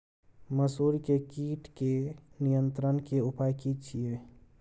मसूर के कीट के नियंत्रण के उपाय की छिये?